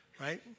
Right